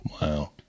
Wow